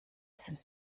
sind